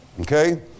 Okay